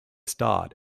start